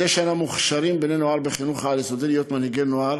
מדי שנה מוכשרים בני-נוער בחינוך העל-יסודי להיות מנהיגי נוער